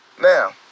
Now